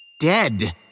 Dead